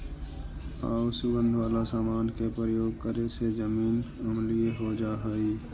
आउ सुगंध वाला समान के प्रयोग करे से जमीन अम्लीय हो जा हई